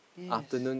yes